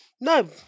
No